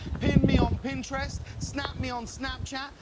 pin me on pinterest. snap me on snapchat.